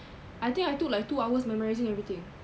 I think I took like two hours memorising everything